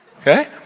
Okay